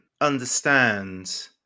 understand